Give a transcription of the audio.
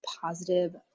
positive